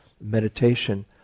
meditation